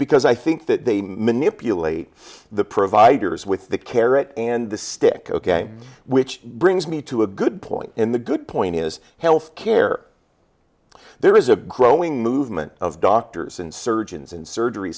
because i think that they miniscule late the providers with the carrot and the stick ok which brings me to a good point in the good point is health care there is a growing movement of doctors and surgeons in surgery